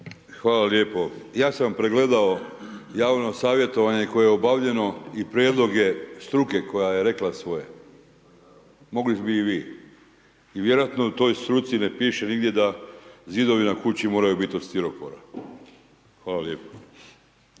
Hvala lijepo. Ja sam pregledao javno savjetovanje koje je obavljeno i prijedlog je struke koja je rekla svoje, mogli bi i vi. I vjerojatno u toj struci ne piše nigdje da zidovi na kući moraju biti od stiropora. Hvala lijepo.